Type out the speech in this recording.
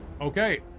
Okay